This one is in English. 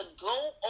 go